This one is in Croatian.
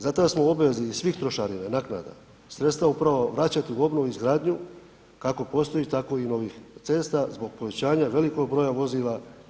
Zato smo obavezni iz svih trošarina, naknada, sredstva upravo vraćati u obnovu i izgradnju kako postoji tako i novih cesta zbog povećanja velikog broja vozila.